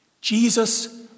Jesus